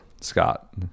scott